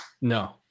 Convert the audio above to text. no